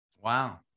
Wow